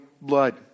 blood